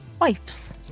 wipes